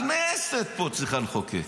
הכנסת פה צריכה לחוקק,